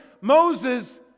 Moses